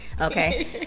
okay